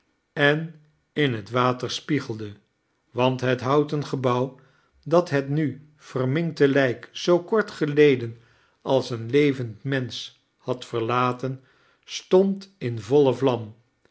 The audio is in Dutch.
en in het water spiegelde want het houten gebouw dat het nu verminkte lijk zoo kort geleden als een levend mensch had verlaten stond in voile vlam